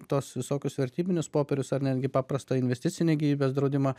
tuos visokius vertybinius popierius ar netgi paprastą investicinį gyvybės draudimą